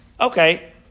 Okay